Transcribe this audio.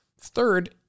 Third